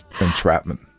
Entrapment